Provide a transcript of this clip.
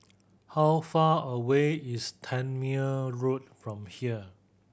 how far away is Tangmere Road from here